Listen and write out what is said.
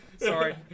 Sorry